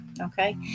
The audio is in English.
okay